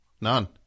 none